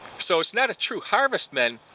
so, it's not a true harvestman,